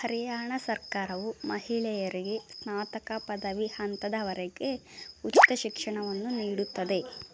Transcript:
ಹರಿಯಾಣ ಸರ್ಕಾರವು ಮಹಿಳೆಯರಿಗೆ ಸ್ನಾತಕ ಪದವಿ ಹಂತದವರೆಗೆ ಉಚಿತ ಶಿಕ್ಷಣವನ್ನು ನೀಡುತ್ತದೆ